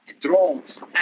drones